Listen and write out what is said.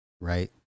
Right